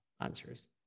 answers